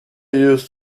used